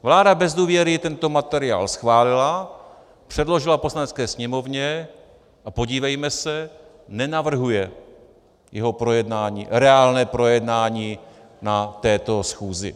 Vláda bez důvěry tento materiál schválila, předložila Poslanecké sněmovně, a podívejme se, nenavrhuje jeho reálné projednání na této schůzi.